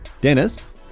Dennis